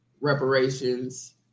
reparations